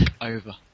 over